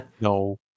No